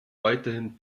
weiterhin